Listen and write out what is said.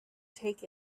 take